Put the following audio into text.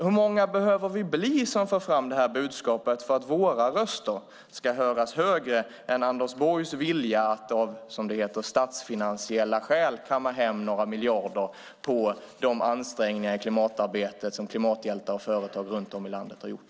Hur många behöver vi bli som för fram budskapet för att våra röster ska höras högre än Anders Borgs vilja att av, som det heter, statsfinansiella skäl kamma hem några miljarder på de ansträngningar i klimatarbetet som klimathjältar och företag har gjort?